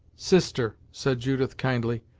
sister, said judith kindly,